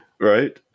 Right